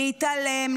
להתעלם,